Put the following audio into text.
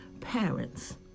Parents